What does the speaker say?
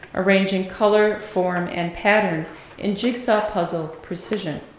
arranging color, form, and pattern in jigsaw puzzle precision.